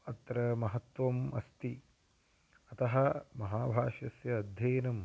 अत्र महत्त्वम् अस्ति अतः महाभाष्यस्य अध्ययनं